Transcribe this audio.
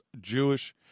Jewish